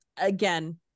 again